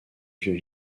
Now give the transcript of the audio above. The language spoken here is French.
vieux